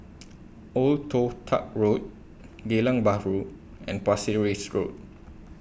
Old Toh Tuck Road Geylang Bahru and Pasir Ris Road